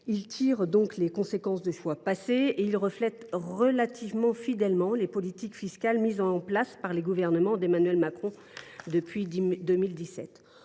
Ils tirent donc les conséquences de choix passés et ils reflètent relativement fidèlement les politiques fiscales mises en place par les gouvernements d’Emmanuel Macron depuis 2017.